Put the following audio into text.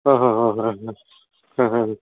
ಹಾಂ ಹಾಂ ಹಾಂ ಹಾಂ ಹಾಂ ಹಾಂ ಹಾಂ